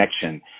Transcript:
connection